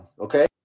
okay